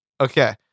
okay